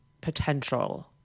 potential